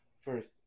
first